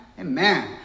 Amen